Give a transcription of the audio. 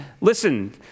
Listen